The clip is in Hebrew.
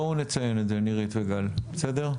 בואו נציין את זה, נירית וגל, בסדר?